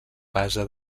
base